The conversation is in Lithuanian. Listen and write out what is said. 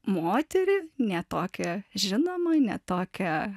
moterį ne tokią žinomą ne tokią